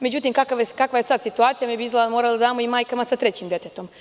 Međutim kakva je sada situacija, mi bi morali da damo i majkama sa trećim detetom.